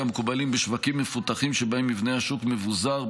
המקובלים בשווקים מפותחים שבהם מבנה השוק מבוזר,